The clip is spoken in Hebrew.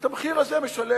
את המחיר הזה משלם